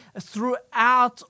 throughout